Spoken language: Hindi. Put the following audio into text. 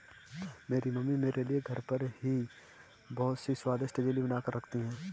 मेरी मम्मी मेरे लिए घर पर ही बहुत ही स्वादिष्ट जेली बनाकर रखती है